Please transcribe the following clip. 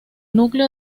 núcleo